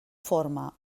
forma